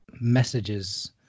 messages